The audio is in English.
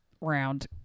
round